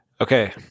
Okay